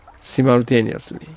Simultaneously